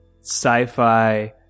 sci-fi